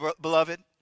beloved